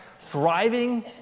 thriving